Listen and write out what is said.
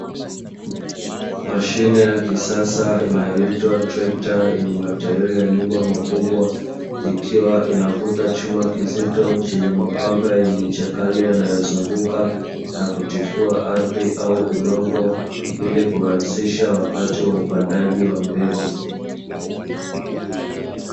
Mashine ya kisasa inayoitwa trekta yenye mataili ya nyuma makubwa, ikiwa inavuta chuma kizito chenye mapanga yenye nchakali yanayozunguka na kutifua ardhi au udongo ili kurahisisha wakati wa upandaji wa mbegu.